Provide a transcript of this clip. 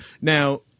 Now